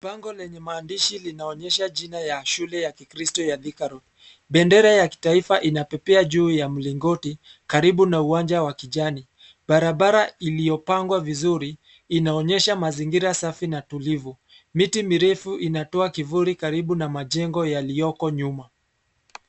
Bango lenye maandishi linaonyesha jina ya shule ya kikiristo ya Thika Road[sc]. Bendera ya kitaifa inapepea juu ya mlingoti karibu na uwanja wa kijani. Barabara iliyopangwa vizuri inaonyesha mazingira safi na tulivu. Miti mirefu inatoa kivuli karibu na majengo yaliyoko nyuma.